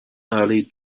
early